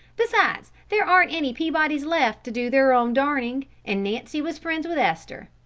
besides, there aren't any peabodys left to do their own darning, and nancy was friends with esther.